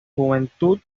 juventud